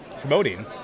promoting